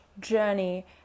journey